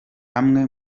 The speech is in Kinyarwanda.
amwe